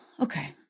Okay